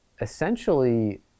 essentially